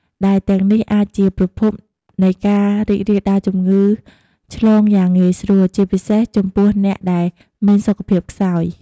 ដែលទាំងនេះអាចជាប្រភពនៃការរីករាលដាលជំងឺឆ្លងយ៉ាងងាយស្រួល ជាពិសេសចំពោះអ្នកដែលមានសុខភាពខ្សោយ។